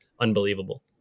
unbelievable